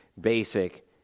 basic